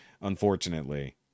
unfortunately